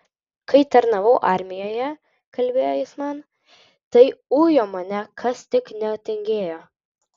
kai tarnavau armijoje kalbėjo jis man tai ujo mane kas tik netingėjo